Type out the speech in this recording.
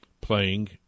playing